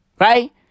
Right